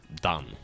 Done